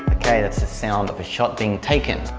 okay, that's the sound of a shot being taken.